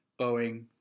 Boeing